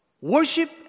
Worship